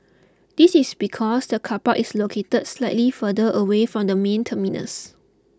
this is because the car park is located slightly further away from the main terminals